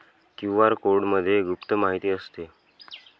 QR कोडमध्ये गुप्त माहिती असते